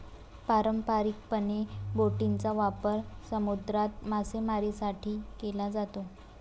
पारंपारिकपणे, बोटींचा वापर समुद्रात मासेमारीसाठी केला जातो